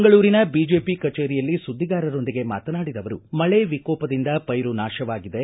ಮಂಗಳೂರಿನ ಬಿಜೆಪಿ ಕಚೇರಿಯಲ್ಲಿ ಸುದ್ದಿಗಾರರೊಂದಿಗೆ ಮಾತನಾಡಿದ ಅವರು ಮಳೆ ವಿಕೋಪದಿಂದ ಪೈರು ನಾಶವಾಗಿದೆ